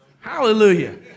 Hallelujah